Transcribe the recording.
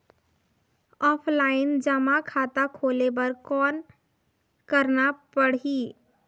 Offline जमा खाता खोले बर कौन करना पड़ही?